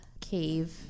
cave